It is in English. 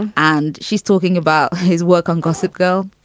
and and she's talking about his work on gossip girl,